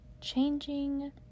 changing